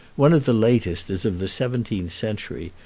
one of the latest is of the seventeenth century,